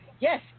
Yes